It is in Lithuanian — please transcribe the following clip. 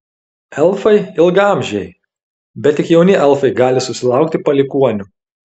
elfai ilgaamžiai bet tik jauni elfai gali susilaukti palikuonių